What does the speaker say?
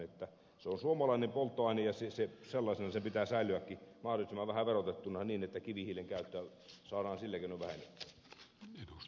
se on suomalainen polttoaine ja sellaisena sen pitää säilyäkin mahdollisimman vähän verotettuna niin että kivihiilen käyttöä saadaan sillä keinoin vähennettyä